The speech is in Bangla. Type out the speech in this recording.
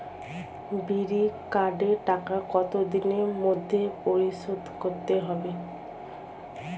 বিড়ির কার্ডের টাকা কত দিনের মধ্যে পরিশোধ করতে হবে?